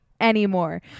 anymore